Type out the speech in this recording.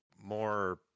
more